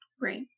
right